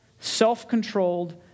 self-controlled